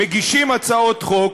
מגישים הצעות חוק,